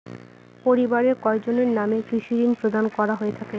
পরিবারের কয়জনের নামে কৃষি ঋণ প্রদান করা হয়ে থাকে?